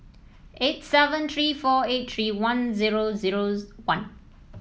eight seven three four eight three one zero zero one